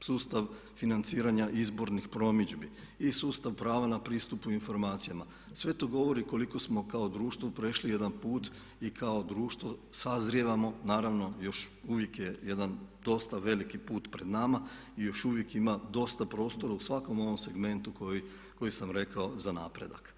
sustav financiranja izbornih promidžbi i sustav prava na pristupu informacijama sve to govori koliko smo kao društvo prešli jedan put i kao društvo sazrijevamo naravno još uvijek je jedan dosta veliki put pred nama i još uvijek ima dosta prostora u svakom ovom segmentu koji sam rekao za napredak.